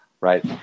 right